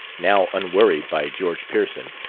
now unworried by george pearson,